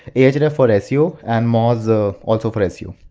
and for seo, and moz ah also for and seo.